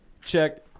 check